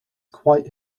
quite